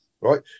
right